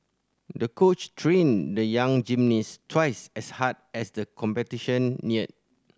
the coach trained the young gymnast twice as hard as the competition neared